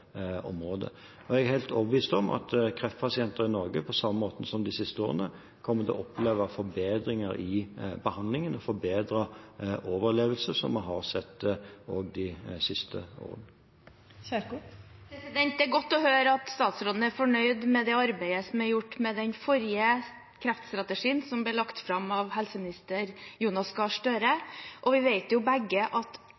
området. Jeg er helt overbevist om at kreftpasienter i Norge, på samme måten som vi har sett de siste årene, kommer til å oppleve forbedringer i behandlingen og forbedret overlevelse. Det er godt å høre at statsråden er fornøyd med det arbeidet som er gjort med den forrige kreftstrategien, som ble lagt fram av helseminister Jonas Gahr